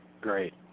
Great